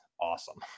awesome